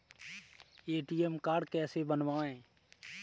ATM card कैसे बनवाएँ?